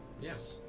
Yes